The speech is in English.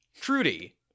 Trudy